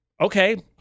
Okay